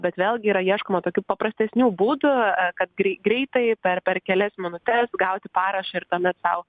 bet vėlgi yra ieškoma tokių paprastesnių būdų kad grei greitai per per kelias minutes gauti parašą ir tuomet sau